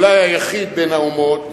אולי היחיד בין האומות,